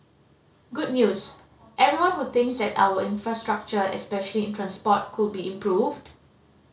good news everyone who thinks that our infrastructure especially in transport could be improved